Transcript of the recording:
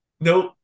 Nope